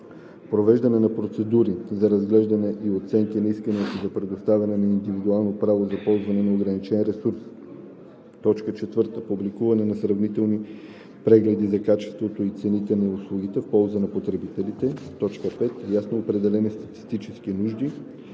провеждане на процедури за разглеждане и оценка на искане за предоставяне на индивидуално право за ползване на ограничен ресурс; 4. публикуване на сравнителни прегледи на качеството и цените на услугите в полза на потребителите; 5. ясно определени статистически нужди,